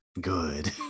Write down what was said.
Good